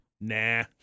Nah